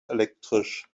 elektrisch